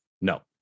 No